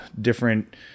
different